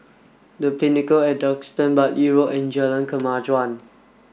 the Pinnacle at Duxton Bartley Road and Jalan Kemajuan